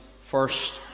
first